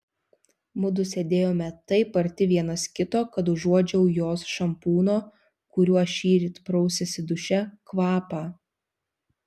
mudu sėdėjome taip arti vienas kito kad užuodžiau jos šampūno kuriuo šįryt prausėsi duše kvapą